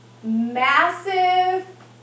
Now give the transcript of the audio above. massive